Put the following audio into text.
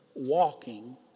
walking